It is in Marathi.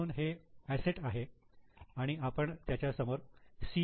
म्हणून हे एसेट आहे आणि आपण त्याच्या समोर सी